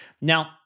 Now